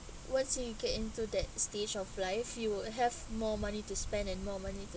once you get into that stage of life you would have more money to spend and more money to